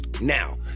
Now